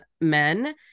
men